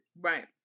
Right